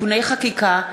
(תיקוני חקיקה),